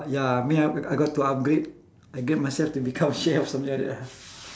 ya I mean I I got to upgrade I get myself to become chef or something like that ah